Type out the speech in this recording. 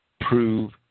prove